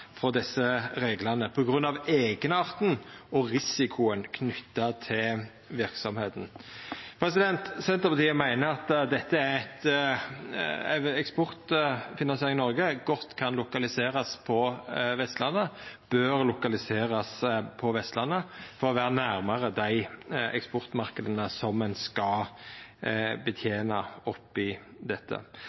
frå desse reglane på grunn av eigenarten og risikoen knytt til verksemda. Senterpartiet meiner at Eksportfinansiering Norge godt kan lokaliserast på Vestlandet – og bør lokaliserast på Vestlandet – for å vera nærare dei eksportmarknadene som ein skal betena oppe i dette.